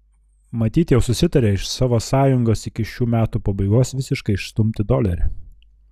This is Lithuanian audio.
matyt jau susitarė iš savo sąjungos iki šių metų pabaigos visiškai išstumti dolerį